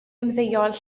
ymddeol